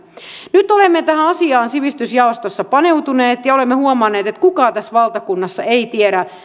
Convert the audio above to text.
nyt olemme tähän asiaan sivistysjaostossa paneutuneet ja olemme huomanneet että kukaan tässä valtakunnassa ei tiedä